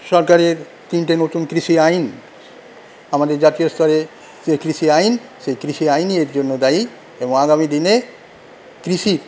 সরকারের তিনটে নতুন কৃষি আইন আমাদের জাতীয় স্তরে যেই কৃষি আইন সেই কৃষি আইনই এর জন্য দায়ী এবং আগামীদিনে কৃষির